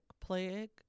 plague